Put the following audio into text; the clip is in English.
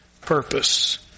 purpose